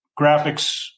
graphics